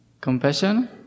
compassion